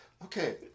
Okay